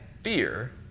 fear